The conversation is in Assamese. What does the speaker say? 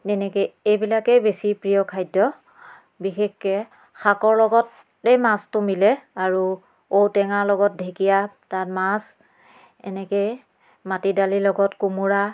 তেনেকৈ এইবিলাকেই বেছি প্ৰিয় খাদ্য বিশেষকৈ শাকৰ লগতে মাছটো মিলে আৰু ঔ টেঙা লগত ঢেকীয়া তাত মাছ এনেকৈ মাটি দালি লগত কোমোৰা